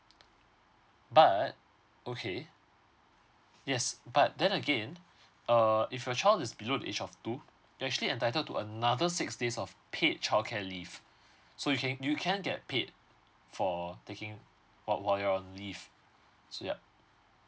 but okay yes but then again uh if your child is below the age of two you actually entitled to another six days of paid childcare leave so you can you can get paid for taking while while you're on leave so yup